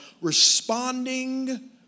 responding